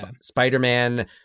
Spider-Man